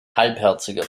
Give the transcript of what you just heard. halbherziger